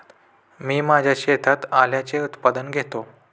मी माझ्या शेतात आल्याचे उत्पादन घेतो